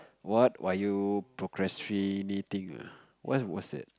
what were you procrastinating what was that